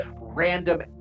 random